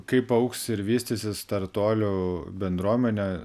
kai paaugs ir vystysis startuolių bendruomenė